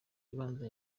ibanza